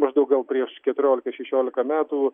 maždaug prieš keturiolika šešiolika metų